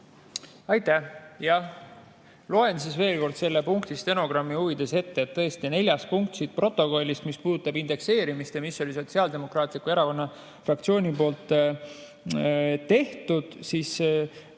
Aitäh! Loen siis veel kord selle punkti stenogrammi huvides ette. Tõesti, neljas punkt siit protokollist puudutab indekseerimist ja oli Sotsiaaldemokraatliku Erakonna fraktsiooni poolt tehtud.